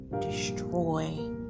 destroy